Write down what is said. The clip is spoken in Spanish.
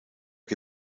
que